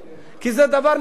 כי זה דבר נכון,